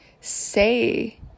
say